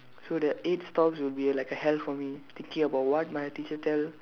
so the eight stops will be like a hell for me thinking about what my teacher tell